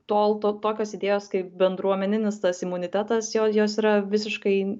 tol to tokios idėjos kaip bendruomeninis tas imunitetas jo jos yra visiškai